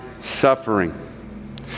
suffering